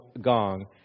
gong